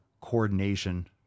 coordination